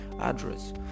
address